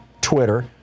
Twitter